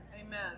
Amen